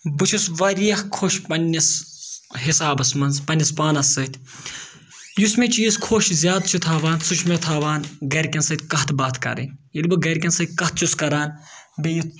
بہٕ چھُس واریاہ خۄش پنٛنِس حِسابَس منٛز پنٛنِس پانَس سۭتۍ یُس مےٚ چیٖز خۄش زیادٕ چھِ تھاوان سُہ چھِ مےٚ تھاوان گَرِکٮ۪ن سۭتۍ کَتھ باتھ کَرٕنۍ ییٚلہِ بہٕ گَرِکٮ۪ن سۭتۍ کَتھ چھُس کَران بیٚیہِ